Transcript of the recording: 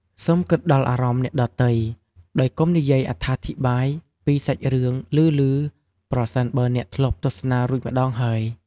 សូមគិតដល់អារម្មណ៍អ្នកដទៃ ដោយកុំនិយាយអធិប្បាយពីសាច់រឿងឮៗប្រសិនបើអ្នកធ្លាប់ទស្សនារួចម្តងហើយ។